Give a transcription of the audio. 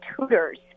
tutors